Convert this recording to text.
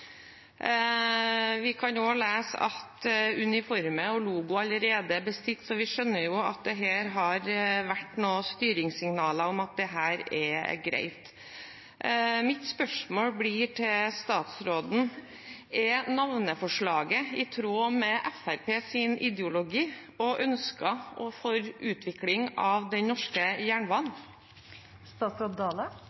Vi kan også lese at uniformer og logoer allerede er bestilt, så vi skjønner at det har vært noen styringssignaler om at dette er greit. Mitt spørsmål til statsråden blir: Er navneforslaget i tråd med Fremskrittspartiets ideologi og ønske for utviklingen av den norske jernbanen?